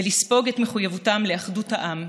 ולספוג את מחויבותם לאחדות העם,